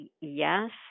Yes